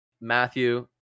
Matthew